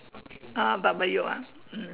uh but but you want mm